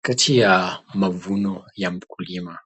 Kati ya mavuno ya mkulima